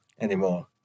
anymore